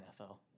NFL